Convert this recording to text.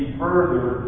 further